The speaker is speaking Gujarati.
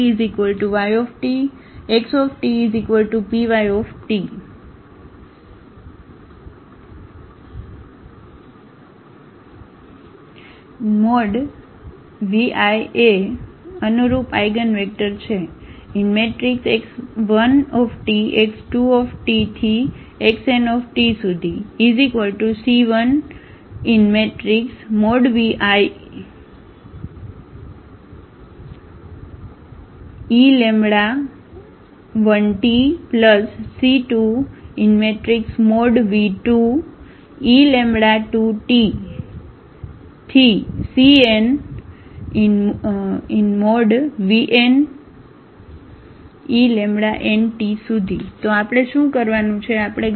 P 1XtY ⇒XtPY | vi | એ i ને અનુરૂપ આઇગનવેક્ટર છે x1t x2t xnt C1| v1 | e1tC2| v2 | e2tCn| vn | ent તો આપણે શું કરવાનું છે